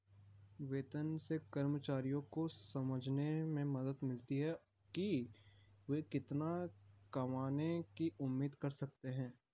वेतन से कर्मचारियों को समझने में मदद मिलती है कि वे कितना कमाने की उम्मीद कर सकते हैं